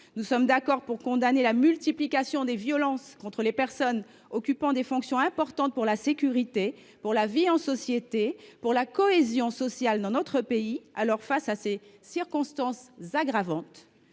nous sommes d’accord pour condamner l’accroissement des violences à l’encontre des personnes occupant des fonctions importantes pour la sécurité, pour la vie en société et pour la cohésion sociale dans notre pays. Face à ces circonstances aggravantes,